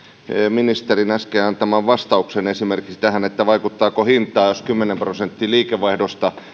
ministerin äsken antamaan vastaukseen esimerkiksi tähän että vaikuttaako hintaan että jos on kymmenen prosenttia liikevaihdosta